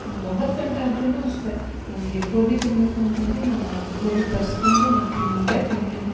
ಒಂಬತ್ತು ಗಂಟೆ ಆದ್ರೂ ಅಷ್ಟೇ ನನಗೆ ಗೋಬಿ ತಿನ್ನಬೇಕು ಅಂತ ಅಂದ್ರೆ ನಾನು ಆ ಗೋಬಿ ತರಿಸ್ಕೊಂಡು ನಾನು ತಿಂದೇ ತಿಂತೀನಿ